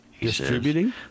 Distributing